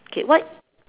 okay what